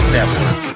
Network